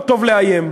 לא טוב לאיים.